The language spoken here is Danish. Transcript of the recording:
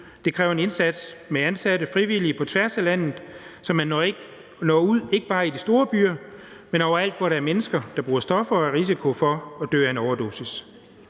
Det kræver en indsats med ansatte og frivillige på tværs af landet, så man når ud ikke bare i de store byer, men overalt, hvor der er mennesker, der bruger stoffer, og der er risiko for at dø af en overdosis.